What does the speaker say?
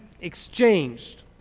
exchanged